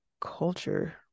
culture